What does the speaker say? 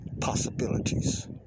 possibilities